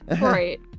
right